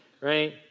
Right